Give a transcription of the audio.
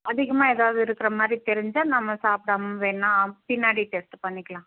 அதிகமாக எதாவது இருக்குறமாதிரி தெரிஞ்சால் நம்ப சாப்பிடாம வேண்ணா பின்னாடி டெஸ்ட்டு பண்ணிக்கலான்